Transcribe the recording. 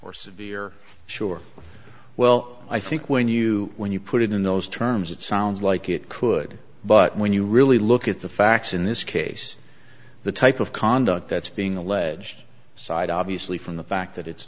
or severe sure well i think when you when you put it in those terms it sounds like it could but when you really look at the facts in this case the type of conduct that's being alleged side obviously from the fact